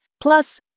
plus